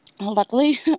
Luckily